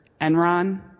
Enron